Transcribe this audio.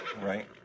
Right